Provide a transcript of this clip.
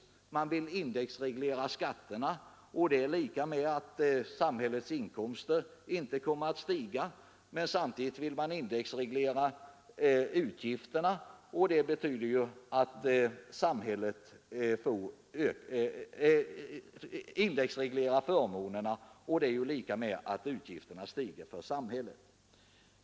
Folkpartiet vill indexreglera skatterna, vilket är detsamma som att skatterna inte skall stiga. Men samtidigt vill man även indexreglera förmånerna, och det är ju detsamma som att utgifterna stiger för samhället.